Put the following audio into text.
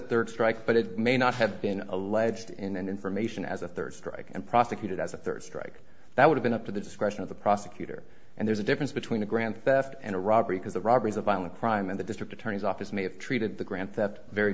third strike but it may not have been alleged in an information as a third strike and prosecuted as a third strike that would've been up to the discretion of the prosecutor and there's a difference between a grand theft and a robbery because the robberies of violent crime in the district attorney's office may have treated the grand theft very